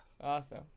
awesome